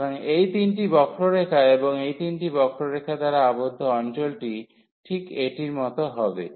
সুতরাং এই তিনটি বক্ররেখা এবং এই তিনটি বক্ররেখা দ্বারা আবদ্ধ অঞ্চলটি ঠিক এটির মত হবে